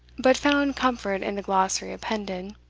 but found comfort in the glossary appended.